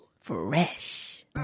Fresh